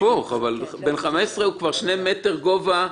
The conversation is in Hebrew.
הפוך, בן 15 הוא כבר שני מטר גובה.